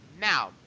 Now